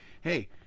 hey